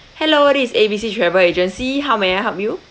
hello this is A B C travel agency how may I help you